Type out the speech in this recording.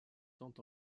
tant